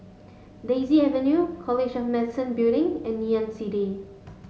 Daisy Avenue College of Medicine Building and Ngee Ann City